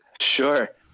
Sure